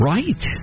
Right